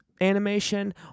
Animation